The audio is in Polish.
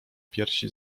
piersi